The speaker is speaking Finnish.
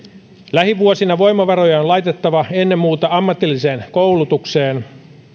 lähivuosina voimavaroja on laitettava ennen muuta ammatilliseen koulutukseen